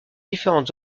différentes